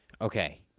Okay